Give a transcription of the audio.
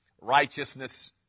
righteousness